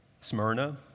Smyrna